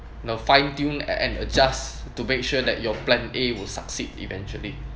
the fine tune and adjust to make sure that your plan A will succeed eventually